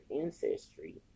ancestry